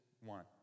one